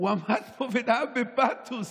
הוא עמד פה ונאם בפתוס: